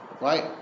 right